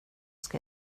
ska